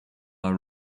are